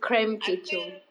I feel